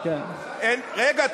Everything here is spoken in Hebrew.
רגע,